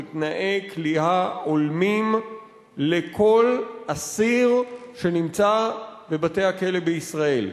תנאי כליאה הולמים לכל אסיר שנמצא בבתי-הכלא בישראל,